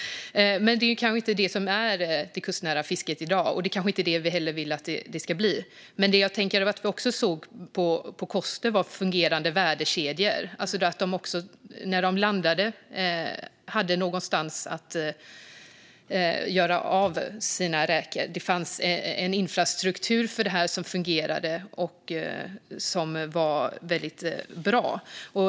Men det kanske inte är det som är kustnära fiske i dag, och det kanske heller inte är det som vi vill att det ska bli. Det vi såg på Koster var fungerande värdekedjor. När de landade hade de någonstans att göra av sina räkor. Det fanns en infrastruktur för detta som fungerade och som var väldigt bra.